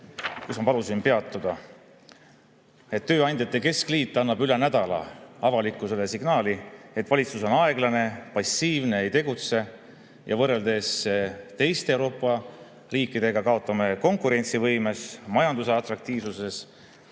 ma palusin peatuda. Tööandjate keskliit annab üle nädala avalikkusele signaali, et valitsus on aeglane, passiivne, ei tegutse ja võrreldes teiste Euroopa riikidega kaotame konkurentsivõimes, majanduse atraktiivsuses